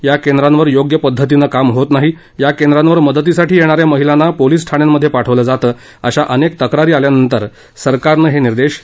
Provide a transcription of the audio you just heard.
या केंद्रांवर योग्य पद्धतीनं काम होत नाही या केंद्रांवर मदतीसाठी येणा या महिलांना पोलिस ठाण्यांमध्ये पाठवलं जातं अशा अनेक तक्रारी आल्यानंतर सरकारनं हे निर्देश दिले आहेत